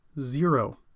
zero